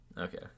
Okay